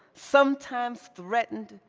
sometimes threatened,